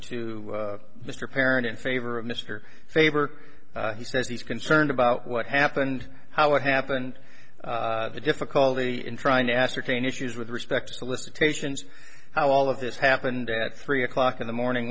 to mr parent in favor of mr favor he says he's concerned about what happened how it happened the difficulty in trying to ascertain issues with respect to solicitations how all of this happened at three o'clock in the morning